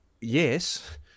yes